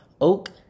oak